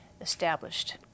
established